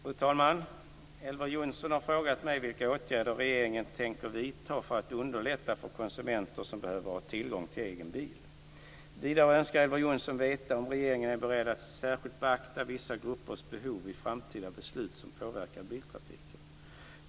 Fru talman! Elver Jonsson har frågat mig vilka åtgärder regeringen tänker vidta för att underlätta för konsumenter som behöver ha tillgång till egen bil. Vidare önskar Elver Jonsson veta om regeringen är beredd att särskilt beakta vissa gruppers behov vid framtida beslut som påverkar biltrafiken.